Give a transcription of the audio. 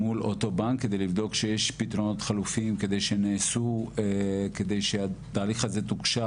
מול אותו בנק כדי לבדוק שיש פתרונות חלופיים כדי שהתהליך הזה תוקשר,